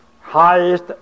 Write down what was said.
highest